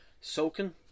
soaking